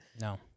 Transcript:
no